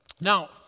Now